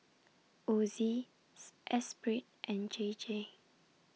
Ozi Esprit and J J